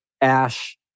ash